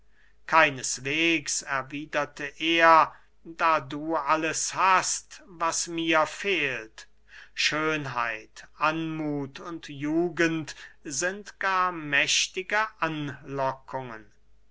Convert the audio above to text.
keineswegs erwiederte er da du alles hast was mir fehlt schönheit anmuth und jugend sind gar mächtige